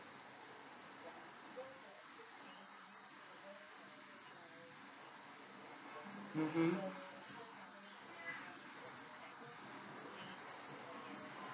mmhmm